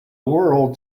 world